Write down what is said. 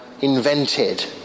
invented